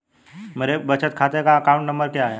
मेरे बचत खाते का अकाउंट नंबर क्या है?